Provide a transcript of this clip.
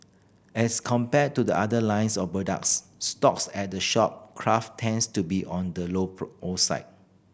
as compared to the other lines of products stocks at the shop craft tends to be on the outside